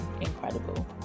incredible